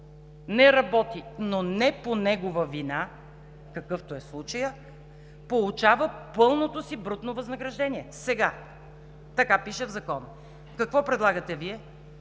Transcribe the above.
не работи, но не по негова вина, какъвто е случаят, получава пълното си брутно възнаграждение. Така пише в Закона! Какво предлагате Вие?